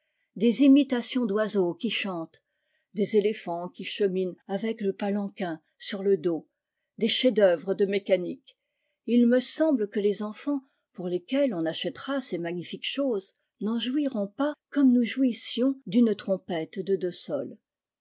des imitations d'oiseaux qui chantent des éléphants qui cheminent avec le palanquin sur le dos des chefs-d'œuvre de mécanique et il me semble que les enfants pour lesquels on achètera ces magnifiques choses n'en jouiront pas comme nous jouissions d'une trompette de deux sols